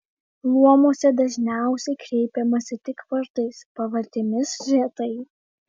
luomuose dažniausiai kreipiamasi tik vardais pavardėmis retai